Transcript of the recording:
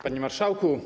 Panie Marszałku!